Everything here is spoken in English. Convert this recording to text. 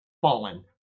fallen